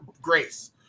grace